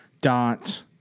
dot